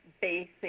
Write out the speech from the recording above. basic